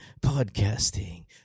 podcasting